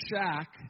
shack